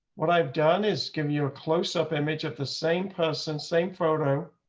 what i've done is giving you a close up image of the same person. same photo.